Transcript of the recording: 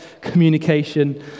communication